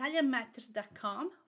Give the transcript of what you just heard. ItalianMatters.com